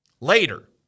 later